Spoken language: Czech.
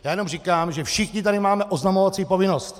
Já jenom říkám, že všichni tady máme oznamovací povinnost!